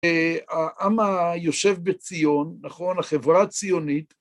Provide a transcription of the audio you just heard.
העם היושב בציון, נכון, החברה הציונית